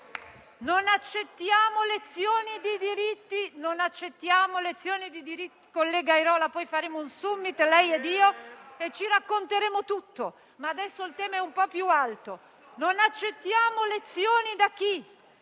Non accettiamo lezioni di diritti. *(Commenti del senatore Airola)*. Collega Airola, poi faremo un *summit*, lei e io, e ci racconteremo tutto; ma adesso il tema è un po' più alto. Non accettiamo lezioni da chi